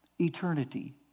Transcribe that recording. eternity